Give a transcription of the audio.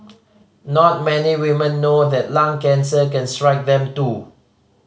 not many women know that lung cancer can strike them too